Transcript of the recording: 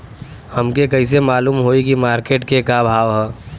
हमके कइसे मालूम होई की मार्केट के का भाव ह?